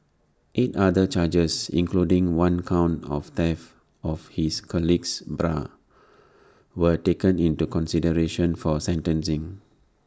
eight other charges including one count of theft of his colleague's bra were taken into consideration for sentencing